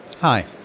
Hi